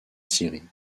syrie